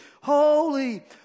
Holy